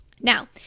Now